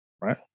Right